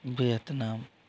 Vietnam